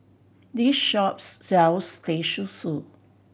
this shop sells Teh Susu